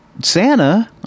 Santa